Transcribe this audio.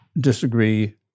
disagree